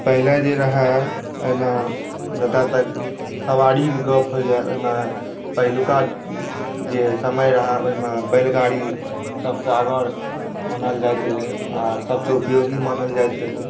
पहिले जे रहै एहिमे जतऽ तक सवारीक गप होइया ओहिमे पहिलुका जे समय रहै ओहिमे बैलगाड़ी सभसे आगाँ मानल जाइत रहै आओर सभसे उपयोगी मानल जाइत रहै